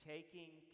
taking